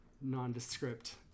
nondescript